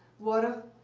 water.